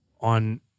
on